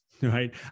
right